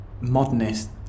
modernist